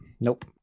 Nope